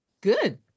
good